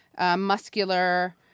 muscular